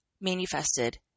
manifested